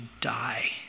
die